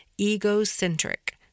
egocentric